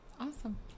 Awesome